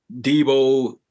Debo